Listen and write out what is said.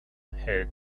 had